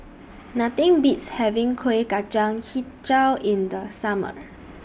Nothing Beats having Kuih Kacang Hijau in The Summer